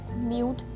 mute